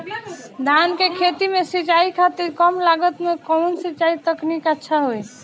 धान के खेती में सिंचाई खातिर कम लागत में कउन सिंचाई तकनीक अच्छा होई?